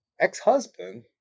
ex-husband